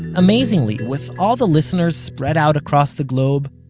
amazingly, with all the listeners spread out across the globe,